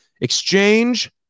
Exchange